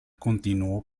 continuó